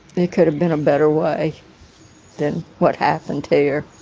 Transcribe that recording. there could have been a better way than what happened here